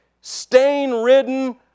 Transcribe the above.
stain-ridden